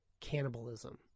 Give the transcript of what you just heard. Cannibalism